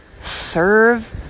serve